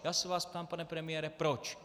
Já se vás ptám, pane premiére, proč.